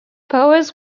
powers